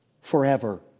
forever